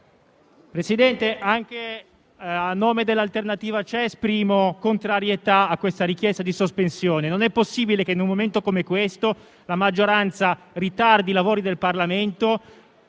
Presidente, anche a nome di L'Alternativa C'è esprimo contrarietà alla richiesta di sospensione. Non è possibile che in un momento come questo la maggioranza ritardi i lavori del Parlamento,